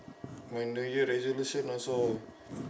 my new year resolution also